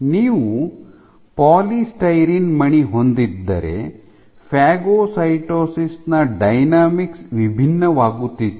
ನೀವು ಪಾಲಿಸ್ಟೈರೀನ್ ಮಣಿ ಹೊಂದಿದ್ದರೆ ಫಾಗೊಸೈಟೋಸಿಸ್ ನ ಡೈನಾಮಿಕ್ಸ್ ವಿಭಿನ್ನವಾಗುತ್ತಿತ್ತು